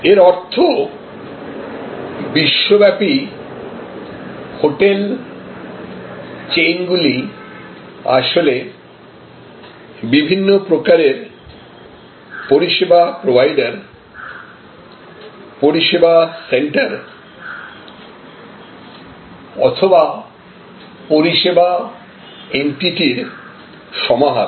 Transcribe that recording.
এর অর্থ বিশ্বব্যাপী হোটেল চেইনগুলি আসলে বিভিন্ন প্রকারের পরিষেবা প্রোভাইডার পরিষেবা সেন্টার অথবা পরিষেবা এন্টিটির সমাহার